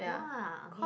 !wah! okay